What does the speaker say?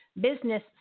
business